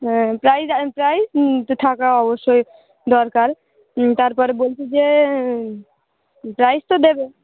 হ্যাঁ প্রাইজ আর প্রাইজ থাকা অবশ্যই দরকার তারপর বলছি যে প্রাইজ তো দেবে